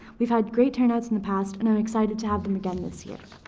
we've had great turnouts in the past, and are excited to have them again this year.